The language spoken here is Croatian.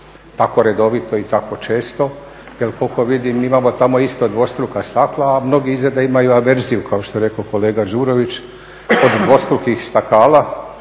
tako redovito i tako često jer koliko vidim imamo tamo isto dvostruka stakla, a mnogi izgleda imaju averziju kao što je rekao kolega Đurović od dvostrukih stakala